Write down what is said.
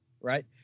right